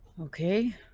Okay